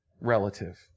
relative